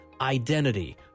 identity